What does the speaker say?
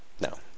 No